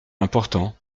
l’important